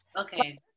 okay